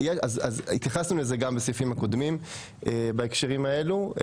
התייחסנו לזה גם בסעיפים הקודמים בהקשרים האלו.